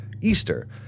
Easter